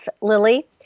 lily